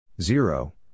Zero